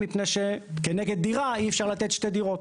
מפני שכנגד דירה אי אפשר לתת שתי דירות.